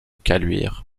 caluire